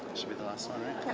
should be the last one